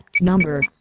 Number